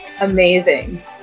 amazing